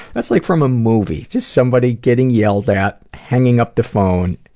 that's like from a movie, just somebody getting yelled at, hanging up the phone,